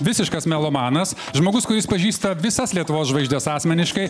visiškas melomanas žmogus kuris pažįsta visas lietuvos žvaigždes asmeniškai